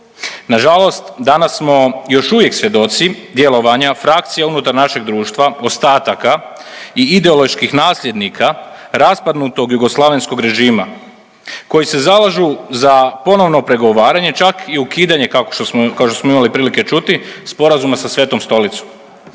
Nažalost danas smo još uvijek svjedoci djelovanja frakcija unutar našeg društva, ostataka i ideoloških nasljednika raspadnutog jugoslavenskog režima koji se zalažu za ponovno pregovaranje, čak i ukidanje, kao što smo imali prilike čuti, sporazuma sa Svetom Stolicom.